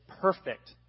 perfect